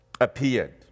appeared